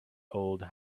old